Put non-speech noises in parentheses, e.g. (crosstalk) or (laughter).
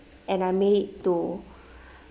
and I made it to (breath)